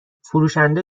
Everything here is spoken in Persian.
فروشنده